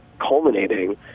culminating